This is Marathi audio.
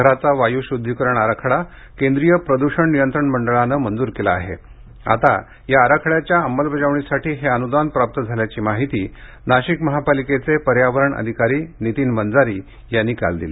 शहराचा वायू शुद्धीकरण आराखडा केंद्रीय प्रद्षण नियंत्रण मंडळानं तो मंजूर केला आहे आता या आराखड्याच्या अंमलबजावणीसाठी हे अनुदान प्राप्त झाल्याची माहिती नाशिक महापालिकेचे पर्यावरण अधिकारी नितीन वंजारी यांनी काल दिली